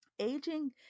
Aging